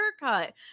haircut